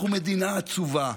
אנחנו מדינה עצובה.